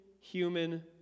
human